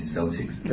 Celtics